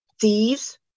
Thieves